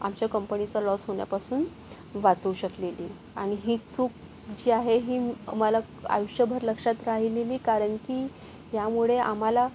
आमच्या कंपनीचा लॉस होण्यापासून वाचवू शकलेली आणि ही चूक जी आहे ही मला आयुष्यभर लक्षात राहिलेली कारण की ह्यामुळे आम्हाला